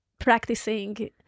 practicing